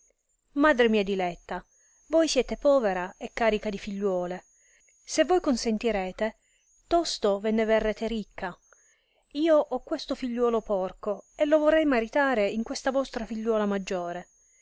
madre mia diletta voi siete povera e carica di figliuole se voi consentirete tosto ve ne verrete ricca io ho questo figliuolo porco e lo vorrei maritare in questa vostra figliuola maggiore